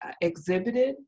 exhibited